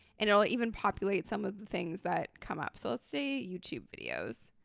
and it'll even populate some of the things that come up. so let's say, youtube videos.